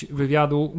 wywiadu